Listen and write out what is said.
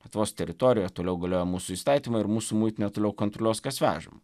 lietuvos teritorijoje toliau galioja mūsų įstatymai ir mūsų muitinė toliau kontroliuos kas vežama